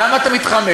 למה אתה מתחמק?